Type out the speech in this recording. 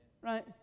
right